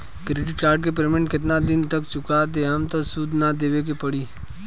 Credit card के payment केतना दिन तक चुका देहम त सूद ना देवे के पड़ी?